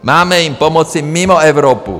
Máme jim pomoci mimo Evropu.